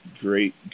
great